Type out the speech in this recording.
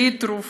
בלי תרופות.